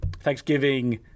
thanksgiving